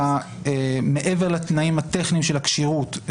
מעבר לתנאים הטכניים של הכשירות,